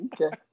Okay